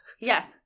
Yes